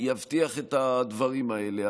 שיבטיח את הדברים האלה.